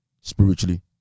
spiritually